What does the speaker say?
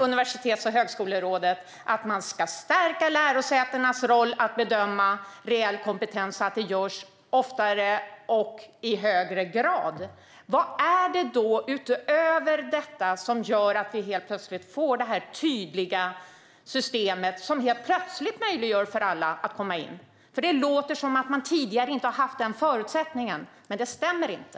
Universitets och högskolerådet i uppdrag att stärka lärosätenas roll i bedömningen av reell kompetens, så att det görs oftare och i högre grad. Vad är det då utöver detta som gör att vi helt plötsligt får det här tydliga systemet som möjliggör för alla att komma in? Det låter som att man tidigare inte har haft den förutsättningen, men det stämmer inte.